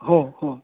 हो हो